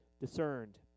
discerned